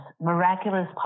miraculous